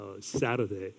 Saturday